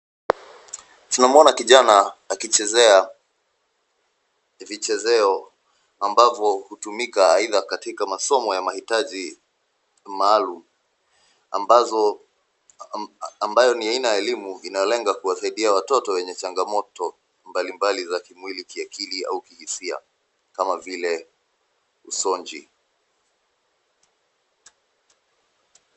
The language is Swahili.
Tunamuona kijana akichezea vichezeo ambavo hutumika aidha katika masomo ya mahitaji maalum ambazo ambayo ni aina ya elimu inalenga kuwasaidia watoto wenye changamoto mbalimbali za kimwili, kiakili au kijinsia kama vile usonji.